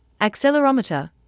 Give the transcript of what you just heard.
accelerometer